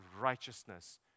righteousness